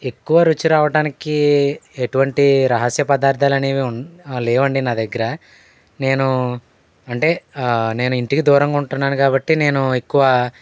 ఎక్కువ రుచి రావటానికి ఎటువంటి రహస్యపదార్థాలు అనేవి లేవండీ నా దగ్గర నేను అంటే నేను ఇంటికి దూరంగా ఉంటున్నాను కాబట్టి నేను ఎక్కువ